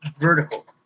vertical